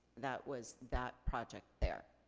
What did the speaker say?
that was that project there.